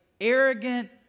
arrogant